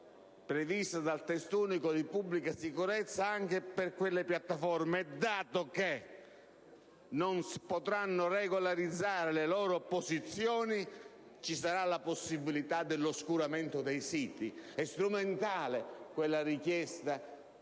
prevista dal Testo unico di pubblica sicurezza anche per quelle piattaforme. Dato che non si potranno regolarizzare le loro posizioni, ci sarà la possibilità dell'oscuramento dei siti (è strumentale la nostra richiesta